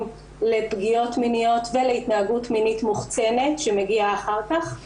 לפגיעות מיניות ולהתנהגות מינית מוחצנת שמגיעה אחר כך.